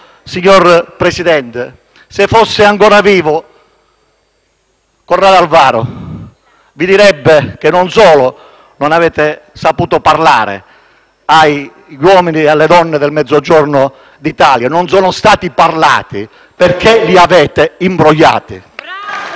signor Presidente. Se fosse ancora vivo Corrado Alvaro, vi direbbe che non solo non avete saputo parlare agli uomini e alle donne del Mezzogiorno d'Italia, ma che «non sono stati parlati» perché li avete imbrogliati.